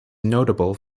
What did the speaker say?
notable